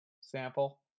sample